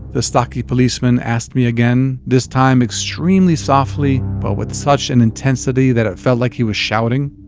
the stocky policeman asked me again this time extremely softly but with such an intensity that it felt like he was shouting.